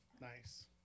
Nice